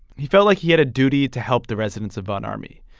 he felt like he had a duty to help the residents of von ormy.